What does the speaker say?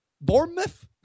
Bournemouth